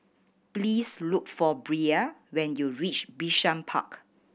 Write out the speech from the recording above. please look for Bria when you reach Bishan Park